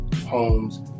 homes